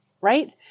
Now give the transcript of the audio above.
right